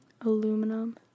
aluminum